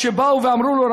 כשבאו ואמרו לו,